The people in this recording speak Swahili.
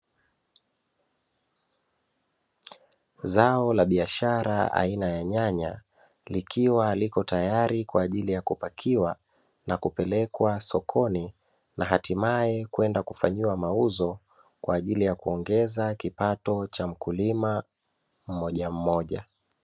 Zao la biashara aina ya nyanya likiwa lipo tayari kwa ajili ya kupakiwa na kupelekwa sokoni, na hatimaye kwenda kufanyiwa mauzo kwa ajili ya kuongeza kipato cha mkulima mmoja mmoja.